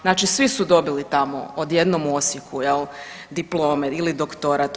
Znači svi su dobili tamo odjednom u Osijeku jel diplome ili doktorat.